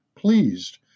Pleased